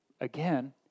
again